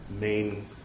main